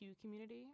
community